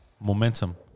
Momentum